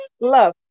love